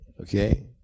okay